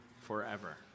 forever